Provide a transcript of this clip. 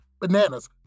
Bananas